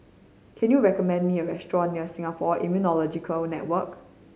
can you recommend me a restaurant near Singapore Immunology Network